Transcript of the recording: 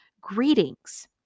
Greetings